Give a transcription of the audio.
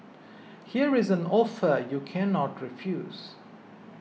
here's an offer you cannot refuse